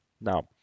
Now